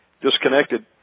disconnected